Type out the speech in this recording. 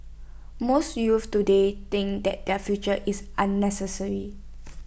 most youths today think that their future is unnecessary